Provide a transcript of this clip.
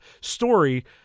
story